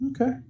Okay